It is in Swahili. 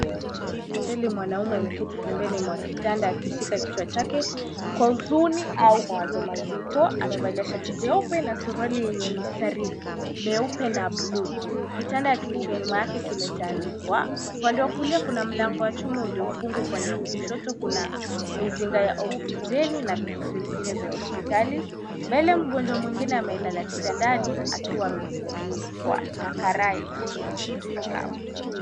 Kwenye hospitali mwanamume ameketi pembeni mwa kitanda akishika kichwa chake kwa huzuni au mawazo mazito. Amevalia shati jeupe Na suruali yenye mistari meupe Na buluu. Kitanda kilicho nyuma yake kimetandikwa, upande was kulia kuna mlango wa Chuma uliofungwa upande, wa kushoto kuna mizinga ya oxygeni na minofu vingine vya hospitali. Mbele magonjwa mwingine amelala kitandani akiwa amefunikwa akarai chini kwenye sakafu.